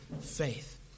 faith